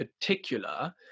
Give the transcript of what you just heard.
particular